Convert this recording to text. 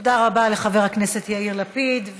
תודה רבה לחבר הכנסת יאיר לפיד.